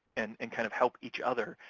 and and kind of help each other?